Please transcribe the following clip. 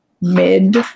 mid